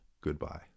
Goodbye